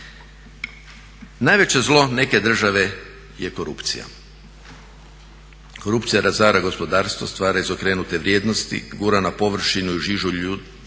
Najveće zlo neke države je korupcija. Korupcija razara gospodarstva, stvara izokrenute vrijednosti, gura na površinu žižu